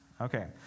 Okay